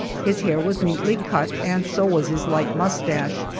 his hair was neatly cut, and so was his light mustache,